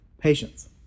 patience